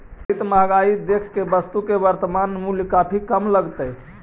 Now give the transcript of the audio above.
बढ़ित महंगाई देख के वस्तु के वर्तनमान मूल्य काफी कम लगतइ